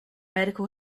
medical